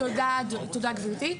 תודה, גברתי.